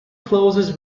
closes